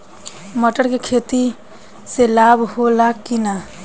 मटर के खेती से लाभ होला कि न?